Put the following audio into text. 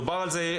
תודה.